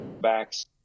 backs